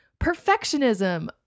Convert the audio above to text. Perfectionism